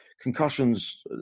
Concussions